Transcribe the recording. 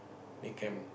they can